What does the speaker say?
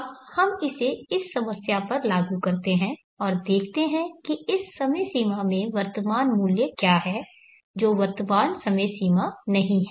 अब हम इसे इस समस्या पर लागू करते हैं और देखते हैं कि इस समय सीमा में वर्तमान मूल्य क्या है जो वर्तमान समय सीमा नहीं है